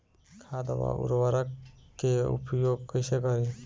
खाद व उर्वरक के उपयोग कइसे करी?